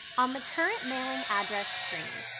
on the current mailing address screen,